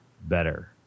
better